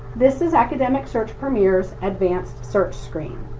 this is academic search premier's advanced search screen.